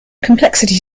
complexity